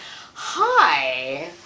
hi